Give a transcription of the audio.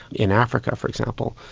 in africa for example.